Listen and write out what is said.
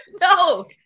No